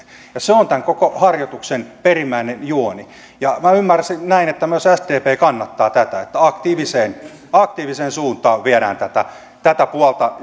se on tämän koko harjoituksen perimmäinen juoni ja ymmärsin että myös sdp kannattaa tätä että aktiiviseen aktiiviseen suuntaan viedään tätä tätä puolta